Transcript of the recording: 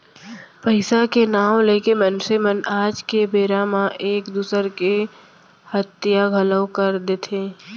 पइसा के नांव लेके मनसे मन आज के बेरा म एक दूसर के हइता घलौ कर देथे